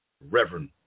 Reverend